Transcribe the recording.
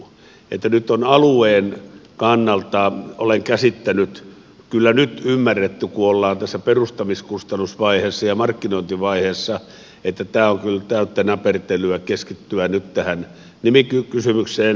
että nyt on alueen kannalta olen käsittänyt kyllä ymmärretty kun ollaan tässä perustamiskustannusvaiheessa ja markkinointivaiheessa että on täyttä näpertelyä keskittyä nyt tähän nimikysymykseen